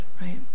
right